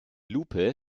lupe